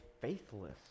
faithless